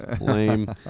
Lame